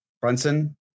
Brunson